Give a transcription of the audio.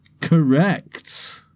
Correct